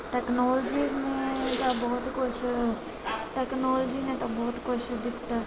technology ਨੇ ਤਾਂ ਬਹੁਤ ਕੁਛ ਟੈਕਨੋਲਜੀ ਨੇ ਤਾਂ ਬਹੁਤ ਕੁਛ ਦਿੱਤਾ